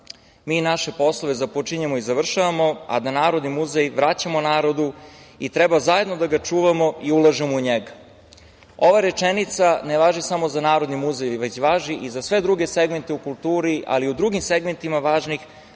mi naše poslove počinjemo i završavamo, a da Narodni muzej vraćamo narodu i treba zajedno da ga čuvamo i ulažemo u njega. Ova rečenica ne važi samo za Narodni muzej, već važi i za sve druge segmente u kulturi, ali i u drugim segmentima važnih